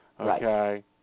Okay